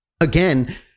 again